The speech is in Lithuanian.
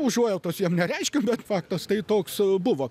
užuojautos jiems nereiškiam bet faktas tai toks buvo